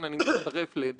יש להם המון,